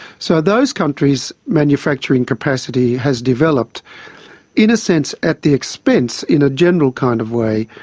so those countries' manufacturing capacity has developed in a sense at the expense, in a general kind of way,